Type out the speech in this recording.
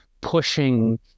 pushing